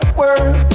work